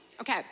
Okay